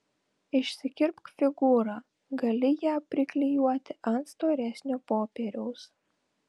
išsikirpk figūrą gali ją priklijuoti ant storesnio popieriaus